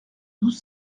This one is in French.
douze